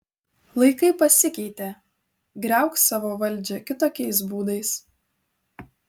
laikai pasikeitė griauk savo valdžią kitokiais būdais